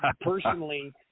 personally